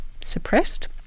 suppressed